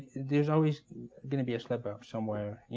there's always gonna be a slip-up somewhere.